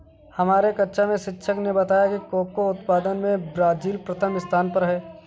हमारे कक्षा में शिक्षक ने बताया कि कोको उत्पादन में ब्राजील प्रथम स्थान पर है